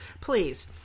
Please